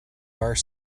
are